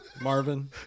Marvin